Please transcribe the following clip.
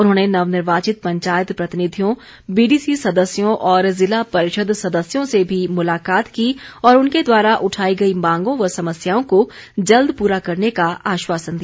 उन्होंने नवनिर्वाचित पंचायत प्रतिनिधियों बीडीसी सदस्यों और जिला परिषद सदस्यों से भी मुलाकात की और उनके द्वारा उठाई गई मांगों व समस्याओं को जल्द पूरा करने का आश्वासन दिया